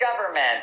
government